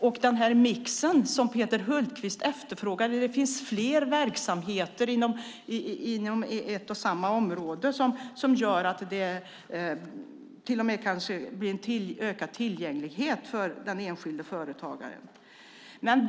Det blir en sådan mix som Peter Hultqvist efterfrågar, där det finns fler verksamheter inom ett och samma område och det till och med kan bli ökad tillgänglighet för den enskilde företagaren.